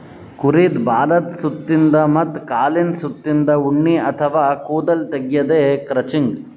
ಕುರಿದ್ ಬಾಲದ್ ಸುತ್ತಿನ್ದ ಮತ್ತ್ ಕಾಲಿಂದ್ ಸುತ್ತಿನ್ದ ಉಣ್ಣಿ ಅಥವಾ ಕೂದಲ್ ತೆಗ್ಯದೆ ಕ್ರಚಿಂಗ್